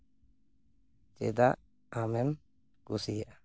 ᱪᱮᱫᱟᱜ ᱟᱢᱮᱢ ᱠᱩᱥᱤᱭᱟᱜᱼᱟ